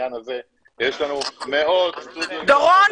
בעניין הזה ויש לנו מאוד סטודיואים --- דורון,